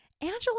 Angela